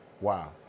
Wow